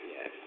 Yes